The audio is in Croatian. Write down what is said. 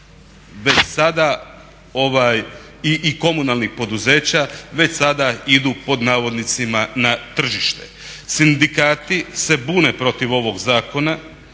pluralu i komunalnih poduzeća već sada idu pod navodnicima na tržište. Sindikati se bune protiv ovog zakona.